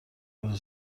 واسه